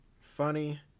Funny